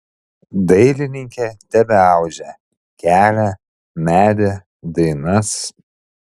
dailininkė tebeaudžia kelią medį dainas